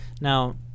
Now